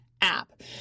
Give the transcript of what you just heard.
app